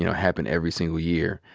you know happen every single year,